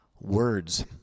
Words